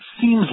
seems